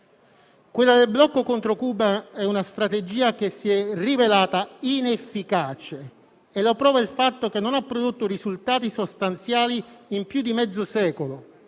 Quella del blocco contro Cuba è una strategia che si è rivelata inefficace e lo prova il fatto che non ha prodotto risultati sostanziali in più di mezzo secolo,